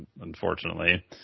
unfortunately